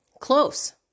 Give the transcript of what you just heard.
close